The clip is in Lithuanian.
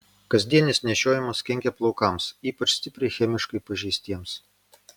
kasdienis nešiojimas kenkia plaukams ypač stipriai chemiškai pažeistiems